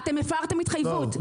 אתם הפרתם התחייבות.